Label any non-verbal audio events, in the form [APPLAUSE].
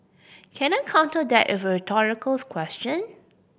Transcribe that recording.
can I counter that [UNINTELLIGIBLE] a rhetorical question